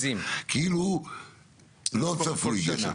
כאילו לא היה צפוי גשם?